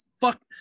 fuck